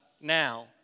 Now